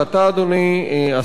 אדוני השר,